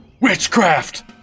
witchcraft